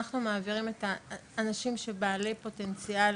אנחנו מעבירים את האנשים שבעלי פוטנציאל